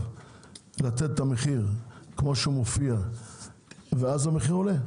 לתת את המחיר כמו שהוא מופיע ואז המחיר עולה,